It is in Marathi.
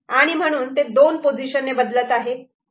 आणि म्हणून ते दोन पोझिशनने बदलत आहे